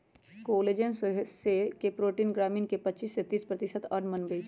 collagen सौसे देह के प्रोटिन सामग्री के पचिस से तीस प्रतिशत अंश बनबइ छइ